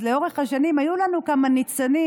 אז לאורך השנים היו לנו כמה ניצנים,